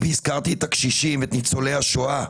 והזכרתי את הקשישים ואת ניצולי השואה.